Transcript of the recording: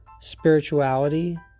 spirituality